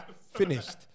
Finished